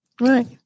Right